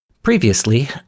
Previously